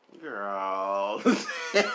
Girls